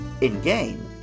In-game